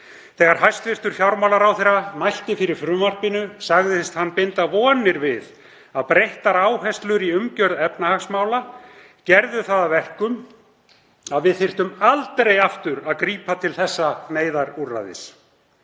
Þegar hæstv. fjármálaráðherra mælti fyrir frumvarpinu sagðist hann binda vonir við að breyttar áherslur í umgjörð efnahagsmála gerðu það að verkum að við þyrftum aldrei aftur að grípa til þessa neyðarúrræðis.